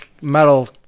metal